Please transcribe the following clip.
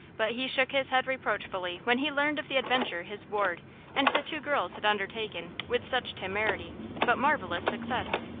but he shook his head reproachfully when he learned of the adventure his ward and the two girls had undertaken with such temerity but marvelous success.